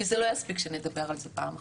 כי זה לא יספיק שנדבר על זה פעם אחת.